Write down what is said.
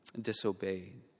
disobeyed